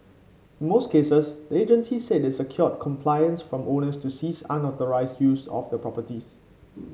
in most cases the agency said it secured compliance from owners to cease unauthorised use of the properties